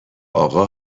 آقا